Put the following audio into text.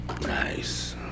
Nice